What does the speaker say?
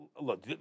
look